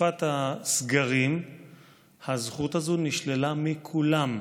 בתקופת הסגרים הזכות הזו נשללה מכולם,